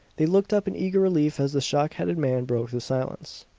they looked up in eager relief as the shock-headed man broke the silence.